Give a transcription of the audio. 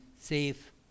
safe